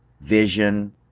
vision